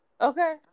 okay